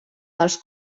dels